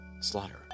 slaughter